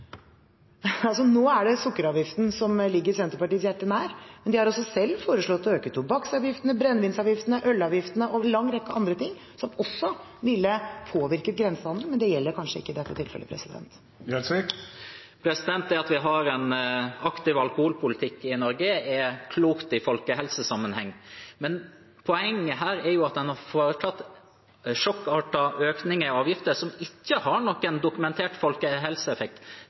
de selv har foreslått å øke tobakksavgiftene, brennevinsavgiftene, ølavgiftene og en lang rekke andre ting som også ville påvirket grensehandelen, men det gjelder kanskje ikke i dette tilfellet. Det at vi har en aktiv alkoholpolitikk i Norge, er klokt i folkehelsesammenheng. Men poenget her er at en har foretatt sjokkartede økninger i avgifter som ikke har noen dokumentert folkehelseeffekt.